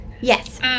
Yes